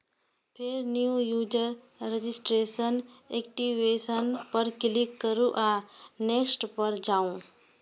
फेर new user registration, activation पर click करू आ नेक्स्ट पर जाउ